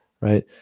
right